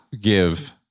give